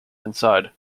inside